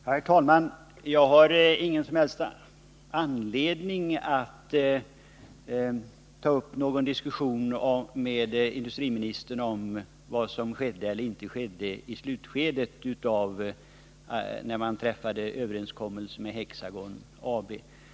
Herr talman! Jag har ingen som helst anledning att ta upp någon diskussion med industriministern om vad som skedde eller inte skedde i förhandlingarnas slutskede, när man träffade överenskommelse med Hexagon AB.